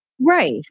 Right